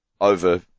over